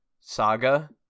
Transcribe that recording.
saga